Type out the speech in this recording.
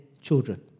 children